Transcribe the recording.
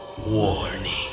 Warning